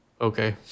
Okay